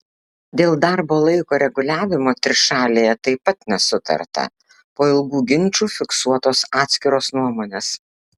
dėl darbo laiko reguliavimo trišalėje taip pat nesutarta po ilgų ginčų fiksuotos atskiros nuomonės